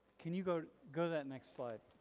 can you go, go that next slide.